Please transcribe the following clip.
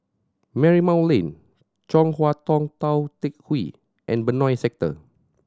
Marymount Lane Chong Hua Tong Tou Teck Hwee and Benoi Sector